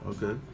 Okay